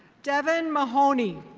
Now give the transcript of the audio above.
devon mahoney.